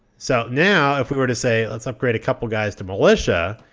so now, if we were to say, let's upgrade a couple guys to militia.